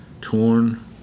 torn